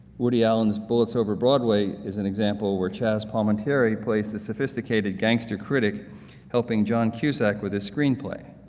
woody allen's bullets over broadway is an example where chazz palminteri plays a sophisticated gangster critic helping john cusack with the screenplay.